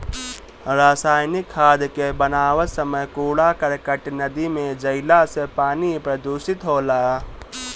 रासायनिक खाद के बनावत समय कूड़ा करकट नदी में जईला से पानी प्रदूषित होला